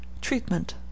Treatment